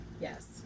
Yes